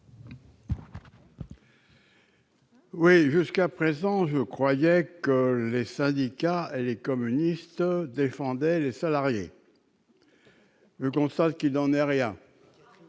vote. Jusqu'à présent, je croyais que les syndicats et les communistes défendaient les salariés. Je constate qu'il n'en est rien